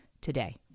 today